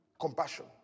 Compassion